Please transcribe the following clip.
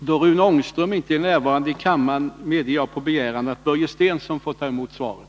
Då Rune Ångström inte är närvarande i kammaren medger jag på begäran att Börje Stensson får ta emot svaret.